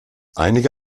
einige